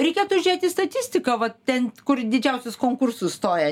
reikėtų žėt į statistiką va ten kur didžiausius konkursus stoja